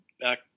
back